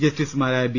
ജസ്റ്റിസുമാരായ ബി